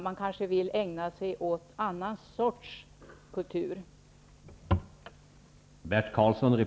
Man kanske vill ägna sig åt ett annat slags kultur.